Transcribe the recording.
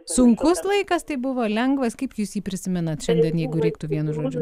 sunkus laikas tai buvo lengvas kaip jūs jį prisimenat šiandien jeigu reiktų vienu žodžiu